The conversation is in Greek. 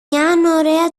ωραία